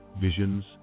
visions